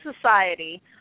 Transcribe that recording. society